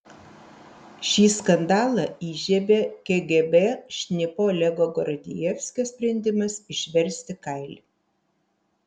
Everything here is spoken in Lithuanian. šį skandalą įžiebė kgb šnipo olego gordijevskio sprendimas išversti kailį